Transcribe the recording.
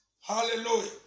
Hallelujah